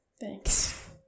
Thanks